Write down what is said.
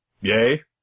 Yay